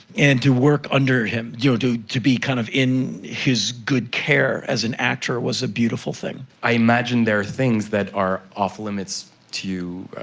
and to work under him, you know, to be kind of in his good care as an actor was a beautiful thing. i imagine there are things that are off-limits to you.